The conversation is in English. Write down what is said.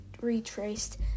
retraced